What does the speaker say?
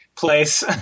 place